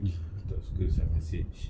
!ee! tidak suka sia message